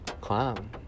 Clown